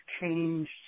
changed